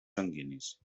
sanguinis